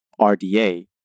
RDA